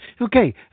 Okay